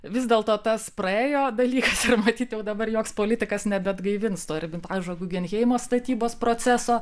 vis dėlto tas praėjo dalykas matyt jau dabar joks politikas nebeatgaivins to ermitažo gugenheimo statybos proceso